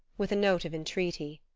with a note of entreaty.